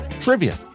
trivia